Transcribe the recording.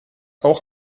auch